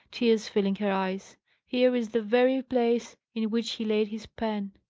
tears filling her eyes here is the very place in which he laid his pen.